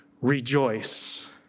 rejoice